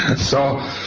and so,